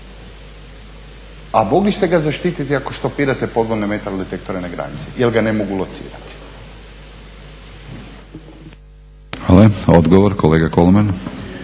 A mogli ste ga zaštititi ako stopirate podvodne metal detektore na granici jer ga ne mogu locirati. **Batinić, Milorad